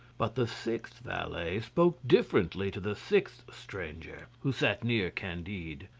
but the sixth valet spoke differently to the sixth stranger, who sat near candide.